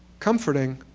comforting,